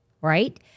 right